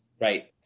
right